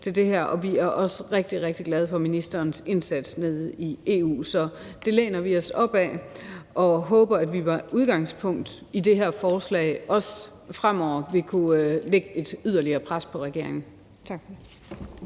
rigtig, rigtig glade for ministerens indsats nede i EU. Så det læner vi os op ad, og vi håber, at vi med udgangspunkt i det her forslag også fremover vil kunne lægge et yderligere pres på regeringen.